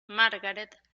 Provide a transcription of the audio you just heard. margaret